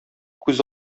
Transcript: күз